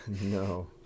No